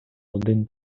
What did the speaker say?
один